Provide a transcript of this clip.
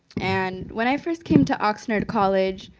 and when i first came to oxnard college,